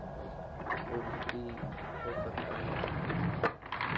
वो भी कि हो सकता है